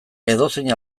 edozein